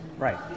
Right